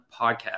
podcast